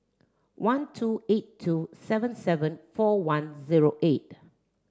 one two eight two seven seven four one zero eight